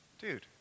dude